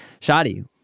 Shadi